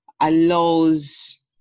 allows